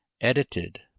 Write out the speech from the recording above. Edited